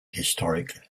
historic